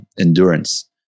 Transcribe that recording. endurance